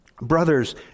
Brothers